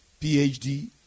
PhD